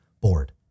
board